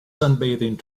sunbathing